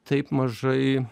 taip mažai